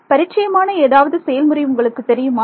பரிட்சயமான ஏதாவது செயல்முறை உங்களுக்கு தெரியுமா